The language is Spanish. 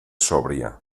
sobria